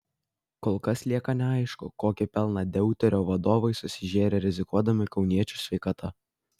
kol kas lieka neaišku kokį pelną deuterio vadovai susižėrė rizikuodami kauniečių sveikata